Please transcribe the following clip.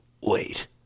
Wait